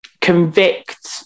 convict